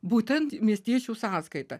būtent miestiečių sąskaita